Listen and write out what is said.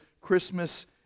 Christmas